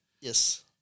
yes